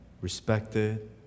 respected